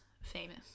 famous